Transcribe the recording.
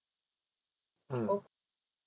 mm